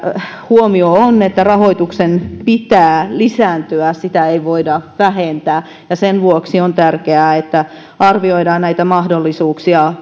huomio on että rahoituksen pitää lisääntyä ja sitä ei voida vähentää ja sen vuoksi on tärkeää että arvioidaan mahdollisuuksia